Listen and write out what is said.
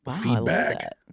Feedback